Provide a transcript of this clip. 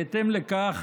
בהתאם לכך,